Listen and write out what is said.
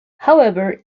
however